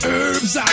Herbs